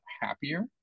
happier